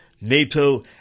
NATO